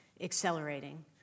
accelerating